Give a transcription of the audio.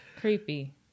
Creepy